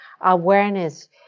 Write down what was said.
awareness